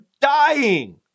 dying